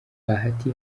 bahati